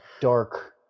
dark